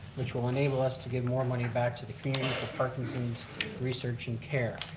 which will enable us to give more money back to the community for parkinson's research and care.